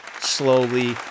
slowly